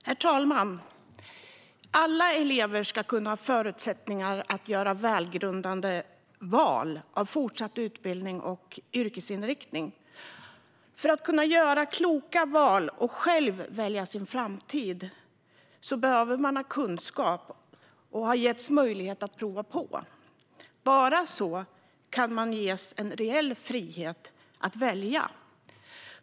Herr talman! Alla elever ska kunna ha förutsättningar att göra välgrundade val av fortsatt utbildning och yrkesinriktning. För att kunna göra kloka val och själv välja sin framtid behöver man ha kunskap och ha getts möjlighet att prova på. Bara så kan man ges reell frihet att välja.